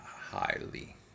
highly